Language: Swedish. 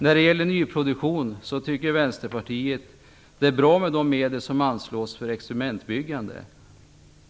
När det gäller nyproduktion tycker vi i Vänsterpartiet att de medel som anslås för experimentbyggande är bra.